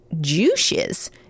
Juices